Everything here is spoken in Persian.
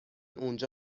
اونجا